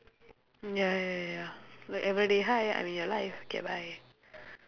ya ya ya ya like everyday hi I'm in your life K bye